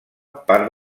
part